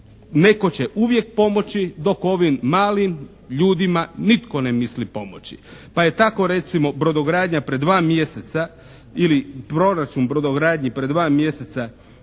netko će uvijek pomoći dok ovim malim ljudima nitko ne misli pomoći. Pa je tako brodogradnja pred 2 mjeseca ili proračun brodogradnji pred 2 mjeseca